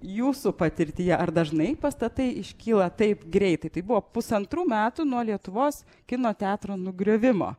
jūsų patirtyje ar dažnai pastatai iškyla taip greitai tai buvo pusantrų metų nuo lietuvos kino teatro nugriovimo